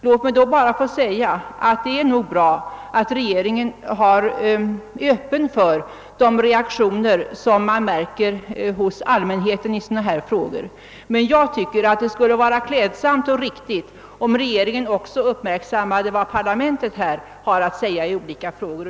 Låt mig därtill bara säga att det nog är bra att regeringen är öppen för de reaktioner som man märker hos allmänheten i frågor av detta slag. Jag tycker dock att det skulle vara klädsamt och riktigt om regeringen också uppmärksammade vad parlamentet har att säga i olika frågor.